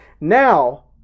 now